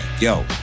Yo